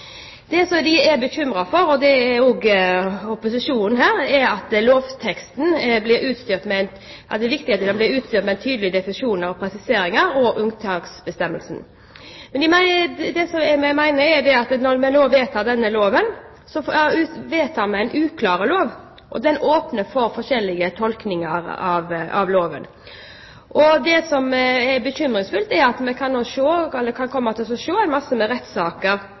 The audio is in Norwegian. resignert, men de har funnet ut at ok, det er flertallsregjering, og denne loven vil komme til å bli vedtatt. Det som de er opptatt av – og det er også opposisjonen her – er at det er viktig at lovteksten blir utstyrt med tydelige definisjoner, presiseringer og unntaksbestemmelser. Det vi mener, er at når vi nå vedtar denne loven, vedtar vi en uklar lov, og den åpner for forskjellige tolkninger. Det som er bekymringsfullt, er at vi nå kan komme til å se en masse rettssaker